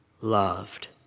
loved